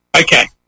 okay